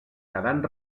quedant